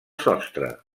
sostre